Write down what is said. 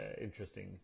interesting